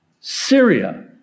Syria